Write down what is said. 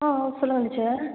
ஆ சொல்லுங்கள் டீச்சர்